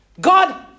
God